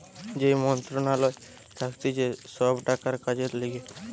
যেই মন্ত্রণালয় থাকতিছে সব টাকার কাজের লিগে